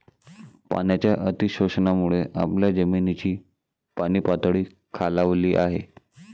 पाण्याच्या अतिशोषणामुळे आपल्या जमिनीची पाणीपातळी खालावली आहे